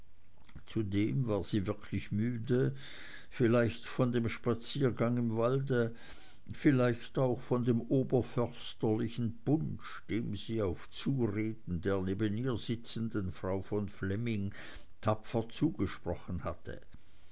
zudem war sie wirklich müde vielleicht von dem spaziergange im walde vielleicht auch von dem oberförsterlichen punsch dem sie auf zureden der neben ihr sitzenden frau von flemming tapfer zugesprochen hatte